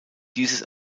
dieses